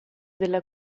della